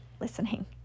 listening